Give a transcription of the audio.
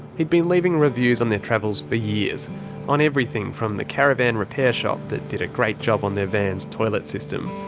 he'd been leaving reviews on their travels for years on everything from the caravan repair shop that did a great job on their van's toilet system,